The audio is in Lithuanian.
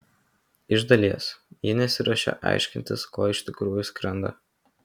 iš dalies ji nesiruošia aiškintis ko iš tikrųjų skrenda